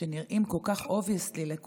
שנראים כל כך obvious לכולנו,